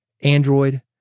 Android